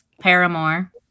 Paramore